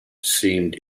seemed